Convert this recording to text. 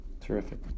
Terrific